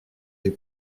les